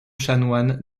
chanoine